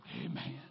Amen